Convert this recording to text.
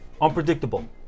unpredictable